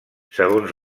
segons